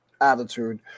attitude